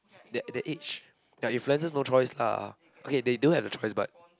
that that age ya if lenses no choice ah okay they don't have the choice but